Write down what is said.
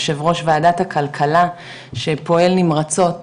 יושב ראש ועדת הכלכלה שפועל נמרצות